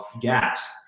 gaps